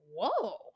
whoa